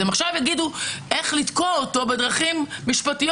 אז עכשיו הם יגידו איך לתקוע אותו בדרכים משפטיות,